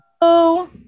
Hello